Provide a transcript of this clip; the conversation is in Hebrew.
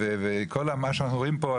וכל מה שאנחנו רואים פה,